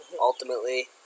ultimately